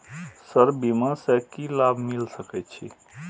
Sir बीमा से की लाभ मिल सके छी?